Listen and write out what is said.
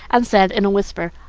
and said, in a whisper,